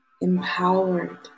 empowered